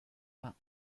pas